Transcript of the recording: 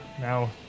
now